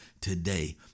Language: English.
today